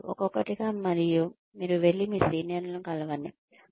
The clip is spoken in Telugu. ఒక్కొక్కటిగా మరియు మీరు వెళ్లి మీ సీనియర్లను కలవండి